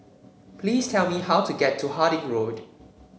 please tell me how to get to Harding Road